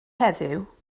heddiw